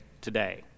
today